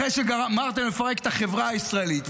אחרי שגמרתם לפרק את החברה הישראלית,